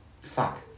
fuck